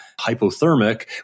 hypothermic